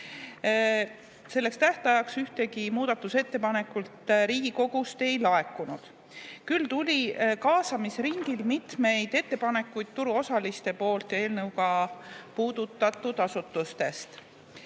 Selleks tähtajaks ühtegi muudatusettepanekut Riigikogust ei laekunud. Küll tuli kaasamisringil mitmeid ettepanekuid turuosaliste poolt ja eelnõuga puudutatud asutustest.